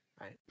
right